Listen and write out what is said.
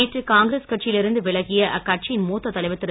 நேற்று காங்கிரஸ் கட்சியில் இருந்து விலகிய அக்கட்சியின் மூத்த தலைவர் திரு